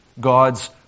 God's